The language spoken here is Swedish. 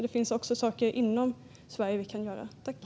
Det finns alltså saker man kan göra också inom Sverige.